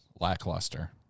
Lackluster